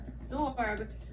absorb